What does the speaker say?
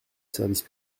service